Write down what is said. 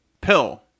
Pill